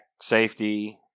safety